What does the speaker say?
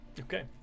Okay